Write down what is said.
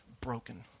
broken